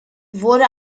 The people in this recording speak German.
wurde